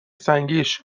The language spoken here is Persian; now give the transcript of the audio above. سنگیش